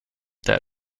that